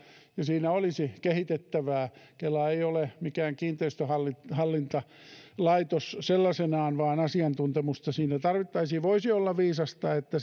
siinä olisi kehitettävää kela ei ole mikään kiinteistöhallintalaitos sellaisenaan vaan asiantuntemusta siinä tarvittaisiin voisi olla viisasta että